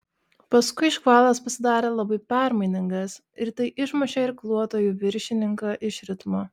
paskui škvalas pasidarė labai permainingas ir tai išmušė irkluotojų viršininką iš ritmo